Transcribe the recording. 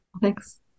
Thanks